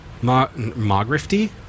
Mogrifty